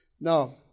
Now